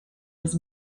was